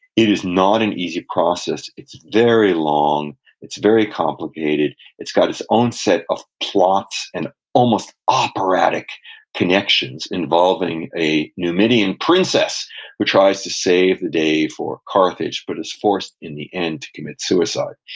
it is not an easy process it's very long, and it's very complicated. it's got its own set of plots and almost operatic connections involving a numidian princess who tries to save the day for carthage, but is forced in the end to commit suicide.